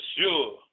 sure